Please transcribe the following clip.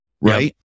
right